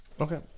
Okay